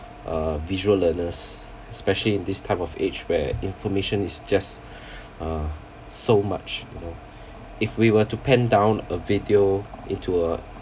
uh visual learners especially in this type of age where information is just uh so much you know if we were to pen down a video into a